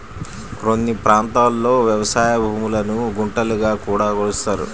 కొన్ని ప్రాంతాల్లో వ్యవసాయ భూములను గుంటలుగా కూడా కొలుస్తారు